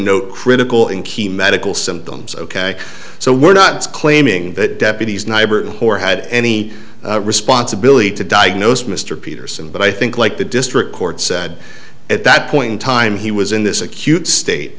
know critical in key medical symptoms ok so we're not claiming that deputies nyberg or had any responsibility to diagnose mr peterson but i think like the district court said at that point in time he was in this acute state